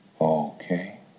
okay